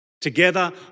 together